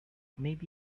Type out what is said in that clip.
maybe